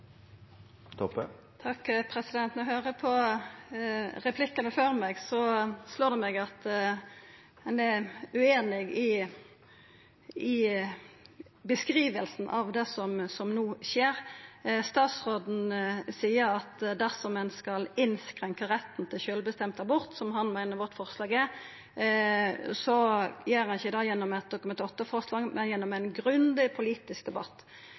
Når eg høyrer replikkane før meg, slår det meg at ein er ueinig i beskrivinga av det som no skjer. Statsråden seier at dersom ein skal innskrenka retten til sjølvbestemt abort, som han meiner vårt forslag gjer, gjer ein ikkje det gjennom eit Dokument 8-forslag, men gjennom ein grundig politisk debatt.